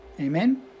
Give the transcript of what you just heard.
Amen